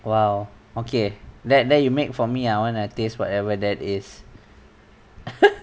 !wow! okay then then you make for me I wanna taste whatever that is